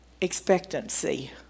expectancy